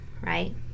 right